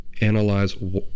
analyze